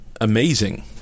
amazing